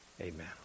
amen